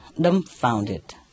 dumbfounded